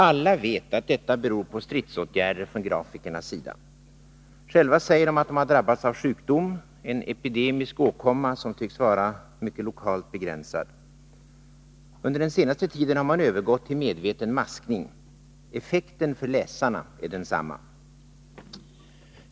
Alla vet att detta beror på stridsåtgärder från grafikernas sida. Själva säger de att de drabbats av sjukdom, en epidemisk åkomma som tycks vara mycket lokalt begränsad. Under den senaste tiden har man övergått till medveten maskning. Effekten för läsarna är densamma.